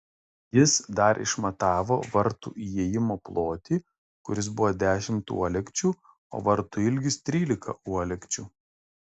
jis dar išmatavo vartų įėjimo plotį kuris buvo dešimt uolekčių o vartų ilgis trylika uolekčių